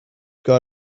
got